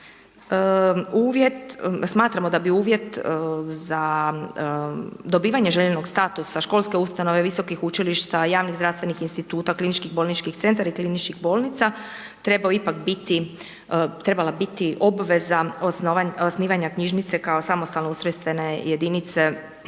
smatramo da bi uvjet za dobivanje željenog statusa školske ustanove, visokih učilišta, javnih zdravstvenih instituta, klinički bolnički centar i kliničkih bolnica, trebala biti obveza osnivanja knjižnice kao samostalno ustrojstvene jedinice u